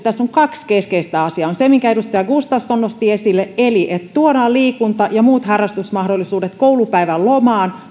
tässä on kaksi keskeistä asiaa on se minkä edustaja gustafsson nosti esille että tuodaan liikunta ja muut harrastusmahdollisuudet koulupäivän lomaan